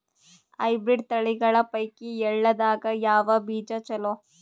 Hybrid ತಳಿಗಳ ಪೈಕಿ ಎಳ್ಳ ದಾಗ ಯಾವ ಬೀಜ ಚಲೋ?